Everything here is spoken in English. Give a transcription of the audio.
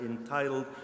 entitled